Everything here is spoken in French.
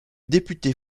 député